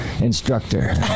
instructor